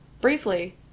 briefly